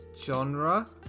genre